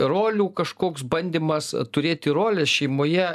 rolių kažkoks bandymas turėti roles šeimoje